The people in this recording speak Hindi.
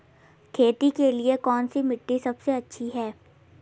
खेती के लिए कौन सी मिट्टी सबसे अच्छी है?